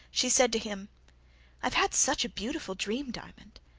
she said to him i've had such a beautiful dream, diamond!